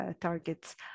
targets